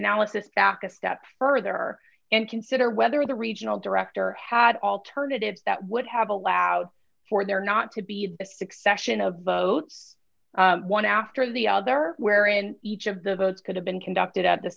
analysis back a step further and consider whether the regional director had alternatives that would have allowed for there not to be a succession of vote one after the other where in each of the votes could have been conducted at the